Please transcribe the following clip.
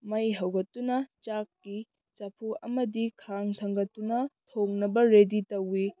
ꯃꯩ ꯍꯧꯒꯠꯇꯨꯅ ꯆꯥꯛꯀꯤ ꯆꯐꯨ ꯑꯃꯗꯤ ꯈꯥꯡ ꯊꯥꯡꯒꯠꯇꯨꯅ ꯊꯣꯡꯅꯕ ꯔꯦꯗꯤ ꯇꯧꯋꯤ